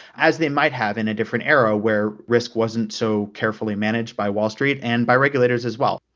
as they might have in a different era where risk wasn't so carefully managed by wall street and by regulators as well.